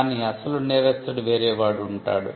కాని అసలు నేరస్తుడు వేరే వాడు ఉంటాడు